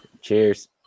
Cheers